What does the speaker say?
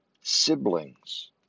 siblings